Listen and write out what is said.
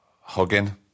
hugging